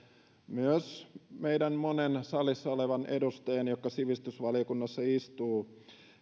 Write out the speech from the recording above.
myös meidän monien salissa olevien edustajien jotka sivistysvaliokunnassa istuvat